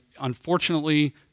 unfortunately